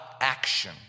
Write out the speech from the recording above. action